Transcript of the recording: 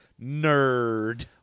nerd